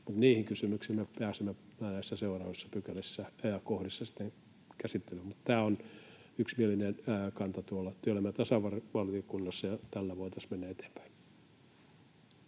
niihin kysymyksiin me pääsemme sitten näissä seuraavissa kohdissa. Tämä on yksimielinen kanta työelämä- ja tasa-arvovaliokunnassa, ja tällä voitaisiin mennä eteenpäin.